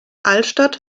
altstadt